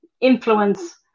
influence